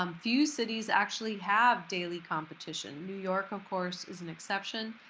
um few cities actually have daily competition. new york, of course, is an exception.